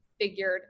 figured